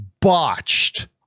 botched